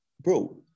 bro